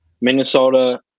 minnesota